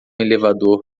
elevador